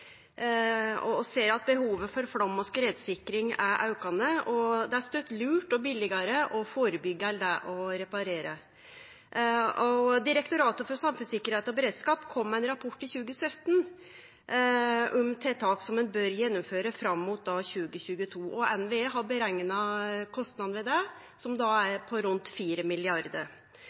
og ser at behovet for flaum- og skredsikring er aukande. Det er støtt lurt og billegare å førebyggje enn å reparere. Direktoratet for samfunnstryggleik og beredskap kom med ein rapport i 2017 om tiltak som ein bør gjennomføre fram mot 2022. NVE har berekna kostnadene til det, som er på rundt